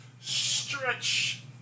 Stretch